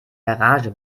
garage